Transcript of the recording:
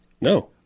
No